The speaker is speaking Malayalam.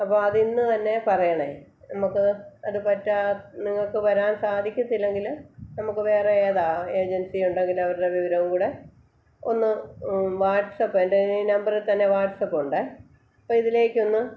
അപ്പോൾ അത് ഇന്ന് തന്നെ പറയണേ നമുക്ക് അത് പറ്റാ നിങ്ങൾക്ക് വരാൻ സാധിക്കത്തില്ലെങ്കിൽ നമുക്ക് വേറെ ഏതാണ് ഏജൻസി ഉണ്ടെങ്കിൽ അവരുടെ വിവരവും കൂടെ ഒന്ന് വാട്സപ്പ് എൻ്റെ ഈ നമ്പറിൽ തന്നെ വാട്സപ്പ് ഉണ്ടേ അപ്പോൾ ഇതിലേക്കൊന്ന്